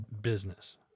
business